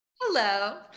hello